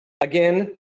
Again